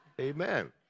Amen